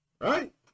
Right